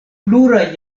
pluraj